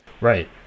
Right